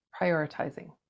prioritizing